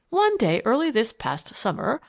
one day early this past summer,